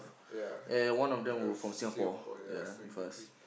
ya uh Singapore ya exactly